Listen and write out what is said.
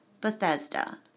Bethesda